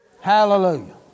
Hallelujah